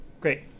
Great